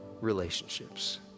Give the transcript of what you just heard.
relationships